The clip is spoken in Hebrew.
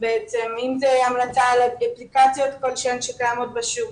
אם זה המלצה על אפליקציות כלשהן שקיימות בשוק,